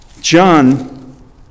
John